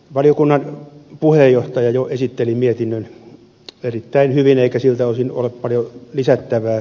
valiokunnan puheenjohtaja jo esitteli mietinnön erittäin hyvin eikä siltä osin ole paljon lisättävää